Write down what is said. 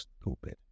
stupid